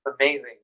amazing